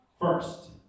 First